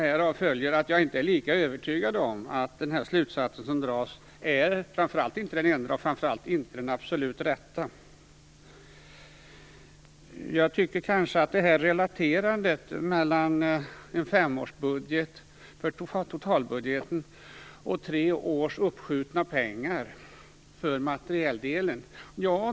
Härav följer att jag inte är lika övertygad om att den slutsats som dras är den enda eller den absolut rätta. Jag vill ta upp det här relaterandet mellan en femårsbudget, totalbudgeten, och tre års uppskjutna pengar för materieldelen.